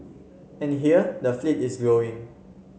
and here the fleet is growing